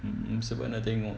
mm sebab nak tengok